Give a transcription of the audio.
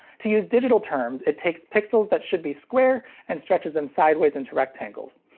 to use digital terms, it takes pixels that should be square and stretches them sideways into rectangles.